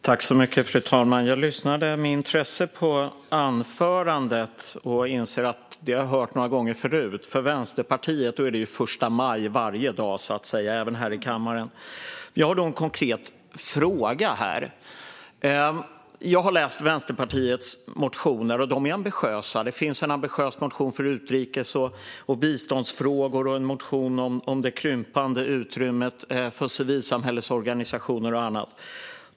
Fru talman! Jag lyssnade med intresse på anförandet och inser att jag har hört det några gånger förut. För Vänsterpartiet är det första maj varje dag, så att säga, även här i kammaren. Jag har en konkret fråga. Jag har läst Vänsterpartiets motioner; de är ambitiösa. Det finns till exempel en ambitiös motion för utrikes och biståndsfrågor och en motion om det krympande utrymmet för civilsamhällets organisationer.